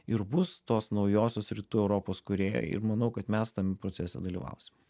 ir bus tos naujosios rytų europos kūrėjai ir manau kad mes tame procese dalyvausim